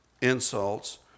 insults